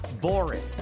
boring